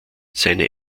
seine